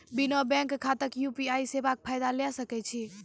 बिना बैंक खाताक यु.पी.आई सेवाक फायदा ले सकै छी?